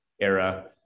era